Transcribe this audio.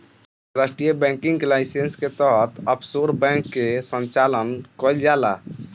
अंतर्राष्ट्रीय banking licence के तहत ऑफशोर बैंक के संचालन कईल जाला